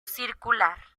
circular